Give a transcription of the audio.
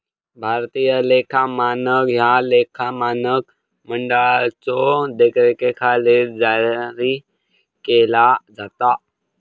भारतीय लेखा मानक ह्या लेखा मानक मंडळाच्यो देखरेखीखाली जारी केला जाता